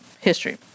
history